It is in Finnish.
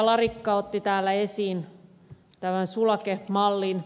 larikka otti täällä esiin tämän sulakemallin